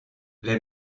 les